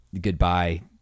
goodbye